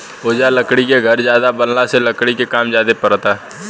ओजा लकड़ी के घर ज्यादे बनला से लकड़ी के काम ज्यादे परता